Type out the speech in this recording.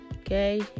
Okay